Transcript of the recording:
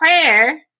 prayer